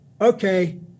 okay